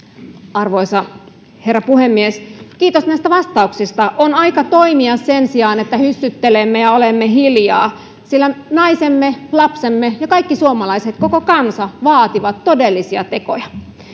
arvoisa herra puhemies kiitos näistä vastauksista on aika toimia sen sijaan että hyssyttelemme ja olemme hiljaa sillä naisemme lapsemme ja kaikki suomalaiset koko kansa vaativat todellisia tekoja